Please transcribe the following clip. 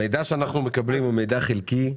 המידע שאנחנו מקבלים הוא מידע חלקי.